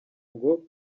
ngo